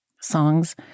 songs